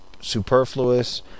superfluous